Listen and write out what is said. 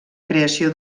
creació